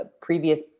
previous